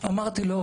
אמרתי לו: